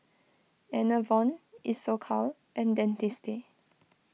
Enervon Isocal and Dentiste